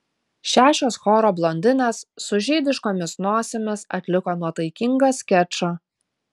šešios choro blondinės su žydiškomis nosimis atliko nuotaikingą skečą